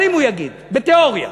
אבל אם יגיד, בתיאוריה,